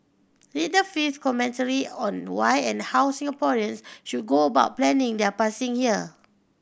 read the fifth commentary on why and how Singaporean should go about planning their passing here